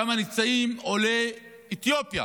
שם נמצאים עולי אתיופיה,